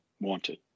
wanted